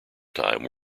time